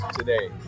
today